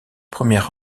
première